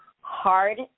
hard